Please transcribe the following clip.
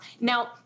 Now